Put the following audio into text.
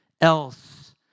else